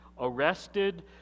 arrested